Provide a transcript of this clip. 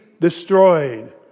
destroyed